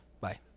bye